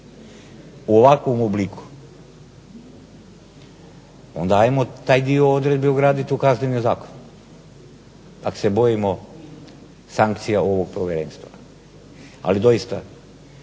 u ovakvom obliku. Onda hajmo taj dio odredbe ugraditi u Kazneni zakon ako se bojimo sankcija ovog povjerenstva. Ali doista